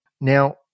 Now